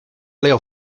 leo